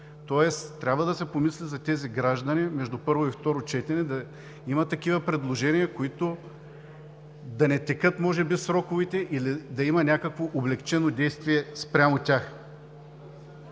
Тоест трябва да се помисли за тези граждани: между първо и второ четене да има такива предложения, да не текат може би сроковете или да има някакво облекчено действие спрямо тях.